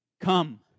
come